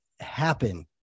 happen